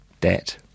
debt